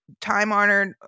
time-honored